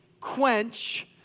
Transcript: quench